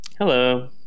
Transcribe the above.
Hello